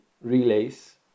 relays